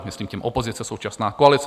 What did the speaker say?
Myslím tím opozice, současná koalice.